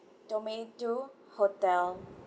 domain two hotel